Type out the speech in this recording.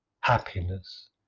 happiness